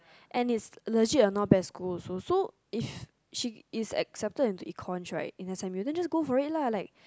and it's legit a not bad school also so if she accepted for econs right in s_m_u then just go for it lah like